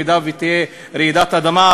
אם תהיה רעידת אדמה,